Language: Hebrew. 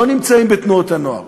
לא נמצאים בתנועות הנוער,